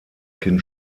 kind